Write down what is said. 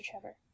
Trevor